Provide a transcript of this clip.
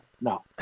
no